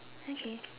okay